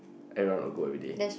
I run ago everyday